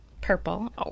purple